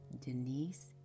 Denise